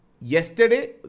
Yesterday